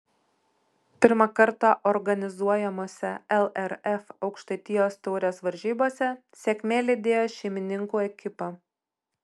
pirmą kartą organizuojamose lrf aukštaitijos taurės varžybose sėkmė lydėjo šeimininkų ekipą